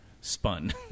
spun